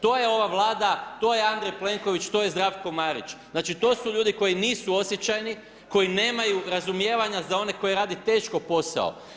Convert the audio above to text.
To je ova Vlada, to je Andrej Plenković, to je Zdravko Marić, znači to su ljudi koji nisu osjećajni, koji nemaju razumijevanja za one koji rade teško posao.